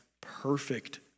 perfect